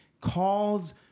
calls